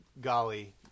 golly